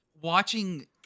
watching